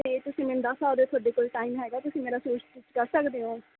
ਅਤੇ ਤੁਸੀਂ ਮੈਨੂੰ ਦੱਸ ਸਕਦੇ ਹੋ ਤੁਹਾਡੇ ਕੋਲ ਟਾਈਮ ਹੈਗਾ ਤੁਸੀਂ ਮੇਰਾ ਸੂਟ ਸਟਿਚ ਕਰ ਸਕਦੇ ਹੋ